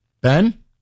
Ben